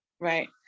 Right